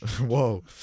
whoa